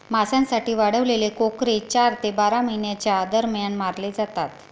मांसासाठी वाढवलेले कोकरे चार ते बारा महिन्यांच्या दरम्यान मारले जातात